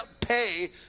pay